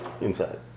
Inside